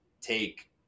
take